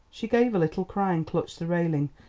she gave a little cry, and clutched the railing,